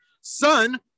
son